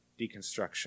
Deconstruction